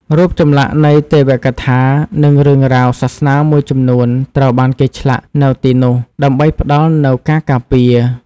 រូបចម្លាក់នៃទេវកថា និងរឿងរ៉ាវសាសនាមួយចំនួនត្រូវបានគេឆ្លាក់នៅទីនោះ ដើម្បីផ្តល់នូវការការពារ។